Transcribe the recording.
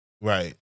Right